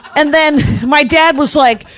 and then my dad was like,